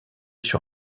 sur